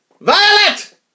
Violet